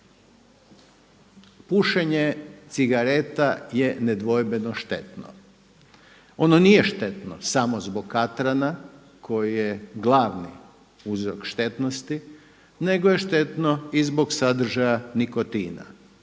pušenje cigareta je nedvojbeno štetno. Oni nije štetno samo zbog katrana koji je glavni uzrok štetnosti, nego je štetno i zbog sadržaja nikotina.